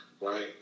right